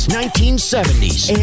1970s